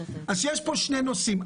יש פה שני נושאים.